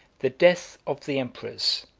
the death of the emperors,